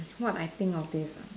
what I think of this ah